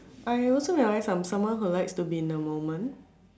I also realise I'm someone who likes to be in a moment